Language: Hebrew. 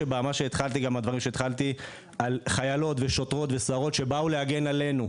מדובר בחיילות, שוטרות וסוהרות, שבאו להגן עלינו.